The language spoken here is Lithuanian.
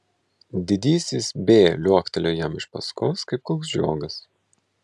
didysis b liuoktelėjo jam iš paskos kaip koks žiogas